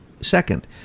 second